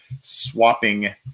swapping